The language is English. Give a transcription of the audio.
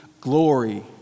glory